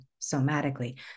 somatically